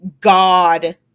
God